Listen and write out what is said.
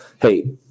hey